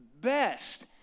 best